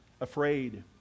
afraid